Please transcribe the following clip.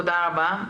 שלום לכולם,